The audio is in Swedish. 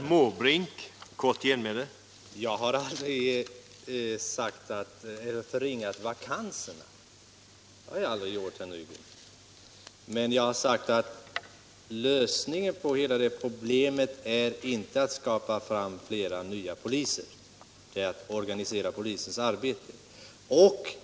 Herr talman! Jag har aldrig förringat betydelsen av vakanserna hos polisen, herr Nygren, men jag har sagt att lösningen på hela problemet inte är att skapa fram flera nya polistjänster utan att organisera polisens arbete.